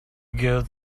girls